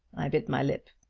i bit my lip.